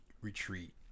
retreat